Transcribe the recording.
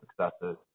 successes